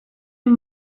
amb